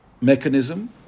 mechanism